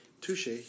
Touche